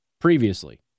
previously